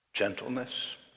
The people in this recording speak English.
gentleness